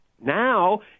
Now